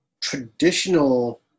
traditional